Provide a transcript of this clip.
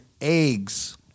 eggs